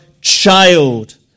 child